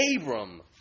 abram